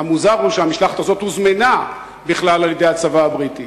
המוזר הוא שהמשלחת הזאת הוזמנה בכלל על-ידי הצבא הבריטי.